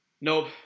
Nope